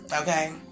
okay